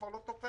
כבר לא תופס.